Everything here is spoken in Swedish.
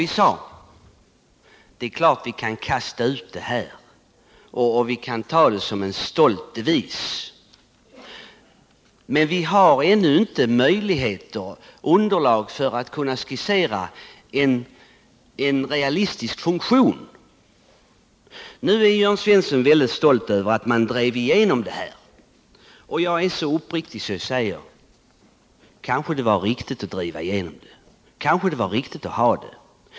Vi sade: Det är klart att vi kan kasta ut det här som en stolt devis. Men vi har ännu inte underlag för att skissera hur den skall genomföras i verkligheten. Jörn Svensson är stolt över att man drev igenom den omvända bevisbördan. Jag är så uppriktig att jag säger: Kanske var det riktigt att göra det.